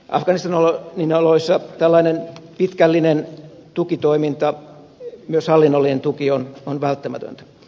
afganistanin oloissa tällainen pitkällinen tukitoiminta myös hallinnollinen tuki on välttämätöntä